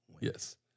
Yes